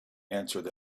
answered